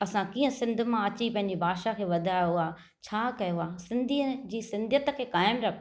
असां कीअं सिंध मां अची पंहिंजी भाषा खे वधायो आहे छा कयो आहे सिंधीअ जी सिंधीयति खे क़ाइमु रखो